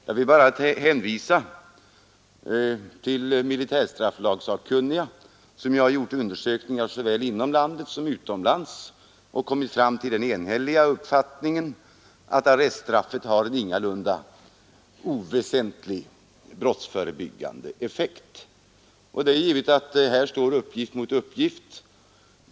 Jag vill bara hänvisa till militärstraffsakkunniga som gjort undersökningar såväl inom landet som utomlands och kommit fram till den enhälliga uppfattningen, att arreststraffet har en ingalunda oväsentlig brottsförebyggande effekt. Här står naturligtvis uppgift mot uppgift.